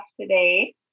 today